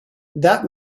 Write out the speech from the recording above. that